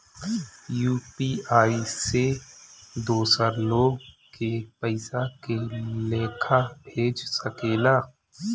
UPI से दोसर लोग के पइसा के लेखा भेज सकेला?